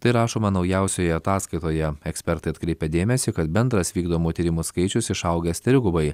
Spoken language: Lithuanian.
tai rašoma naujausioje ataskaitoje ekspertai atkreipia dėmesį kad bendras vykdomų tyrimų skaičius išaugęs trigubai